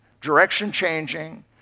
direction-changing